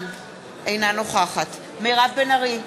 אינה נוכחת מירב בן ארי,